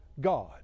God